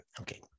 Okay